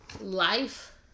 life